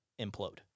implode